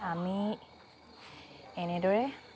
আমি এনেদৰে